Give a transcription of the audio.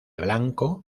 blanco